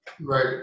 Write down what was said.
Right